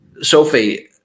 Sophie